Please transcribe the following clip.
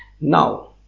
Now